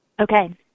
Okay